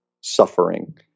suffering